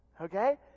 Okay